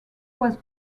was